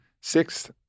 Sixth